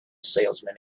salesman